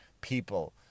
people